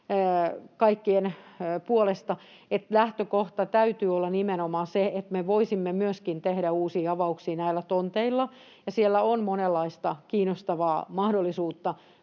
kaikkien puolesta, että lähtökohdan täytyy olla nimenomaan se, että me voisimme myöskin tehdä uusia avauksia näillä tonteilla, ja siellä on monenlaista kiinnostavaa mahdollisuutta